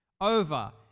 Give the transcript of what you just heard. over